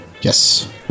Yes